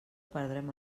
perdrem